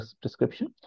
prescription